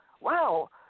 Wow